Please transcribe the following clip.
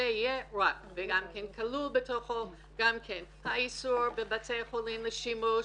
בתוך זה כלול האיסור בבתי החולים לשימוש